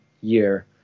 year